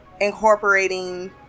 incorporating